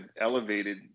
elevated